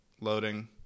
Loading